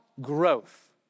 growth